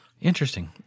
Interesting